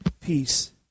peace